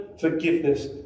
forgiveness